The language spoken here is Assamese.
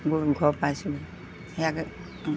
গৈ ঘৰ পাইছোগৈ সেয়াকে